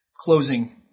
closing